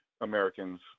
Americans